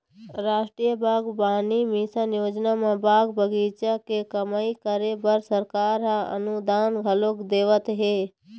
रास्टीय बागबानी मिसन योजना म बाग बगीचा के कमई करे बर सरकार ह अनुदान घलोक देवत हे